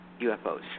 UFOs